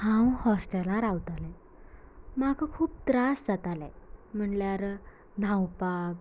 हांव हॉस्टेलांत रावतालें म्हाका खूब त्रास जातालो म्हळ्यार न्हांवपाक